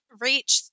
reach